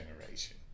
Generation